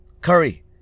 Curry